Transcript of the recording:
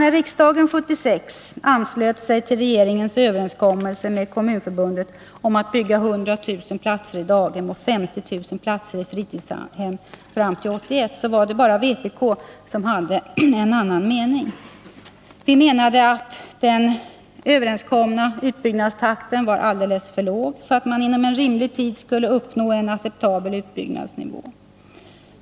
När riksdagen 1976 anslöt sig till regeringens överenskommelse med Kommunförbundet om att bygga 100 000 platser i daghem och 50 000 platser i fritidshem fram till 1981, så var det bara vpk som hade en annan mening. Vi menade att den överenskomna utbyggnadstakten var alldeles för låg för att man inom rimlig tid skulle uppnå en acceptabel utbyggnadsnivå.